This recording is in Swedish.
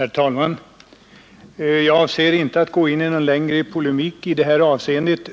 Herr talman! Jag avser inte att gå in i någon längre polemik.